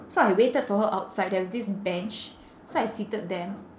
so I waited for her outside there was this bench so I seated there